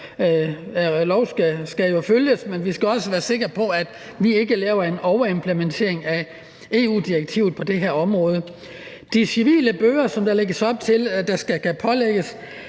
lov skal følges, men vi skal også være sikre på, at vi ikke laver en overimplementering af EU-direktivet på det her område. De civile bøder, som der lægges op til kan pålægges,